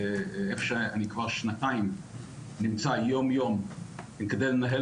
איפה שאני כבר שנתיים נמצא יום-יום כדי לנהל